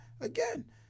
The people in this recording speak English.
again